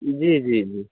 जी जी जी